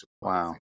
Wow